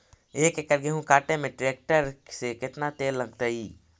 एक एकड़ गेहूं काटे में टरेकटर से केतना तेल लगतइ?